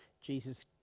Jesus